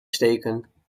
steken